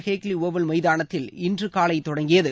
Hagley Oval மைதானத்தில் இன்று காலை தொடங்கியது